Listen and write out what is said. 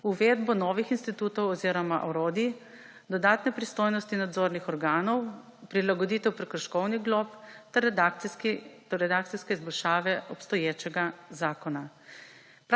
uvedbo novih institutov oziroma orodij, dodatne pristojnosti nadzornih organov, prilagoditev prekrškovnih glob ter redakcijske izboljšave obstoječega zakona.